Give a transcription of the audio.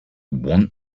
want